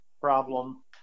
problem